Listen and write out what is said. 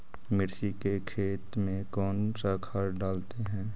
मिर्ची के खेत में कौन सा खाद डालते हैं?